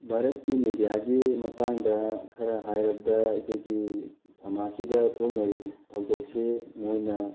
ꯚꯥꯔꯠꯀꯤ ꯃꯦꯗꯤꯌꯥꯒꯤ ꯃꯇꯥꯡꯗ ꯈꯔ ꯍꯥꯏꯔꯕꯗ ꯑꯩꯈꯣꯏꯒꯤ ꯁꯃꯥꯖꯁꯤꯗ ꯊꯣꯛꯅꯔꯤꯕ ꯊꯧꯗꯣꯛꯁꯤ ꯃꯣꯏꯅ